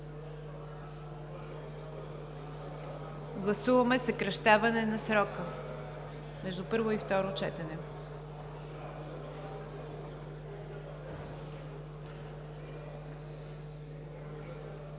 за съкращаване на срока между първо и второ четене